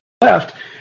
left